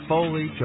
Foley